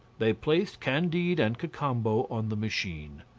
they placed candide and cacambo on the machine.